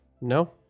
No